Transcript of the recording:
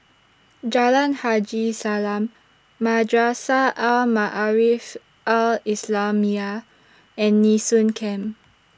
Jalan Haji Salam Madrasah Al Maarif Al Islamiah and Nee Soon Camp